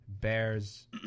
Bears